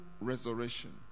resurrection